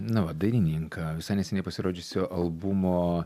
na va dainininką visai neseniai pasirodžiusio albumo